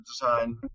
design